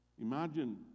Imagine